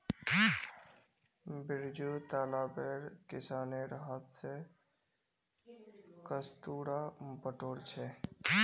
बिरजू तालाबेर किनारेर हांथ स कस्तूरा बटोर छ